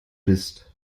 bist